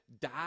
die